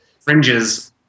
Fringes